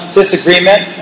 disagreement